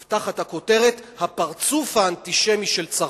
תחת הכותרת "הפרצוף האנטישמי של צרפת",